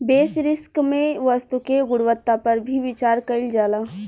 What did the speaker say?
बेसि रिस्क में वस्तु के गुणवत्ता पर भी विचार कईल जाला